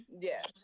Yes